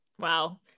Wow